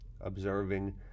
observing